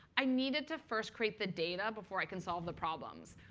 i needed to first create the data before i can solve the problems.